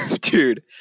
dude